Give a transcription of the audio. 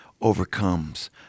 overcomes